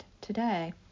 today